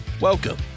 Welcome